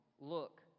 look